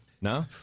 No